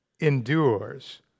endures